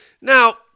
Now